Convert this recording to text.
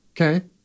okay